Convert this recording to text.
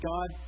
God